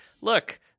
look